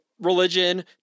religion